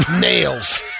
nails